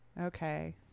Okay